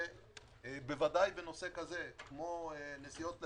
ובוודאי בנושא כזה כמו נסיעות לפולין,